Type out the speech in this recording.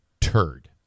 turd